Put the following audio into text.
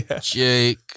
jake